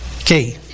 Okay